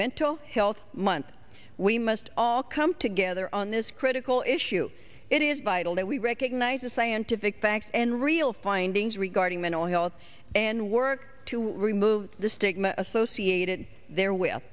mental health month we must all come together on this critical issue it is vital that we recognize a scientific banks and real findings regarding mental health and work to remove the stigma associated there wi